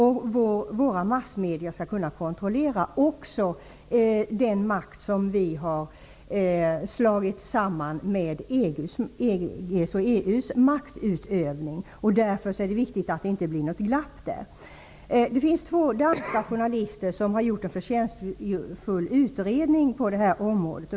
Våra massmedia skall också kunna kontrollera den makt som vi har slagit samman med EU:s maktutövning. Därför är det viktigt att det inte blir något glapp där. Två danska journalister har gjort en förtjänstfull utredning på detta område.